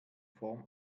form